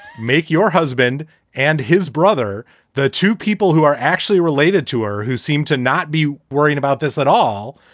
make your husband and his brother the two people who are actually related to her, who seem to not be worrying about this at all.